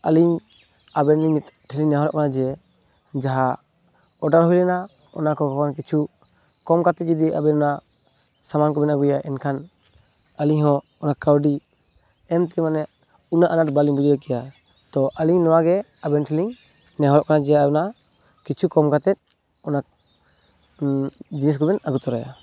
ᱟᱞᱤᱝ ᱟᱵᱮᱱ ᱞᱤᱝ ᱴᱷᱮᱱ ᱞᱤᱝ ᱱᱮᱦᱚᱨᱚᱜ ᱠᱟᱱᱟ ᱡᱮ ᱡᱟᱦᱟᱸ ᱚᱰᱟᱨ ᱦᱩᱭ ᱞᱮᱱᱟ ᱚᱱᱟ ᱠᱚ ᱠᱷᱚᱱ ᱠᱤᱪᱷᱩ ᱠᱚᱢ ᱠᱟᱛᱮ ᱡᱩᱰᱤ ᱟᱵᱮᱱ ᱚᱱᱟ ᱥᱟᱢᱟᱱ ᱠᱚᱵᱮᱱ ᱟᱹᱜᱩᱭᱟ ᱮᱱᱠᱷᱟᱱ ᱟᱞᱤᱝ ᱦᱚᱸ ᱚᱱᱟ ᱠᱟᱹᱣᱰᱤ ᱮᱢᱛᱮ ᱢᱟᱱᱮ ᱩᱱᱟᱹᱜ ᱟᱱᱟᱴ ᱵᱟᱞᱤᱝ ᱵᱩᱡᱷᱟᱹᱣ ᱠᱮᱭᱟ ᱛᱚ ᱟᱞᱤᱝ ᱱᱚᱣᱟᱜᱮ ᱟᱵᱮᱱ ᱴᱷᱮᱱ ᱞᱤᱝ ᱱᱮᱦᱚᱨᱚᱜ ᱠᱟᱱᱟ ᱡᱮ ᱚᱱᱟ ᱠᱤᱪᱷᱩ ᱠᱚᱢ ᱠᱟᱛᱮ ᱚᱱᱟ ᱡᱤᱱᱤᱥ ᱠᱚᱵᱮᱱ ᱟᱹᱜᱩ ᱛᱚᱨᱟᱭᱟ